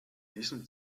diesem